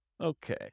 Okay